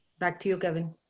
back to yeah kevin